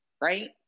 right